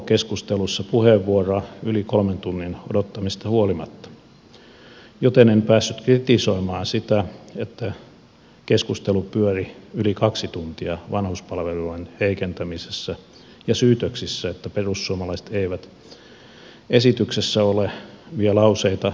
keskustelussa puheenvuoroa yli kolmen tunnin odottamisesta huolimatta joten en päässyt kritisoimaan sitä että keskustelu pyöri yli kaksi tuntia vanhuspalvelulain heikentämisessä ja syytöksissä että perussuomalaiset eivät esityksessä olevia lauseita ymmärtäneet